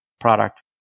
product